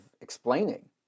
explaining